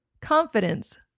confidence